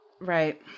Right